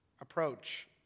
approach